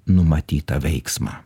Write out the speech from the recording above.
numatytą veiksmą